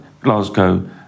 Glasgow